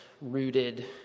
rooted